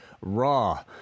Raw